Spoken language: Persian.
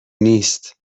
نیست